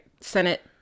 Senate